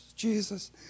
Jesus